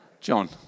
John